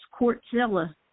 courtzilla